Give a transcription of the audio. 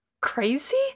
crazy